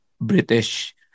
British